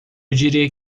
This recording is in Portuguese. diria